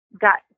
got